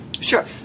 Sure